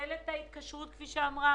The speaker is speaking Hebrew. לבטל את ההתקשרות, כפי שאמרה